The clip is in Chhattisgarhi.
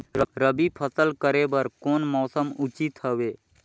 रबी फसल करे बर कोन मौसम उचित हवे?